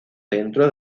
dentro